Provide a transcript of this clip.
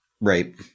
Right